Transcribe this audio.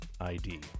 ID